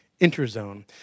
Interzone